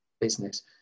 business